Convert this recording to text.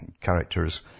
characters